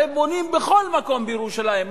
הרי בונים בכל מקום בירושלים,